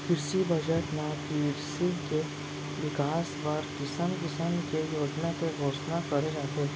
किरसी बजट म किरसी के बिकास बर किसम किसम के योजना के घोसना करे जाथे